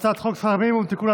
הצעת חוק שכר מינימום (תיקון,